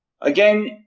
Again